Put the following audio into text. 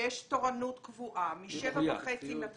יש תורנות קבועה משעה 7:30 בבוקר,